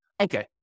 Okay